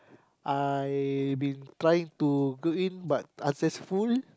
I been trying to go in but unsuccessful